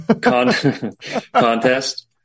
contest